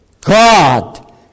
God